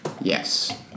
Yes